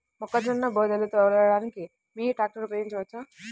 మొక్కజొన్న బోదెలు తోలడానికి మినీ ట్రాక్టర్ ఉపయోగించవచ్చా?